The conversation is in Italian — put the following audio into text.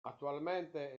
attualmente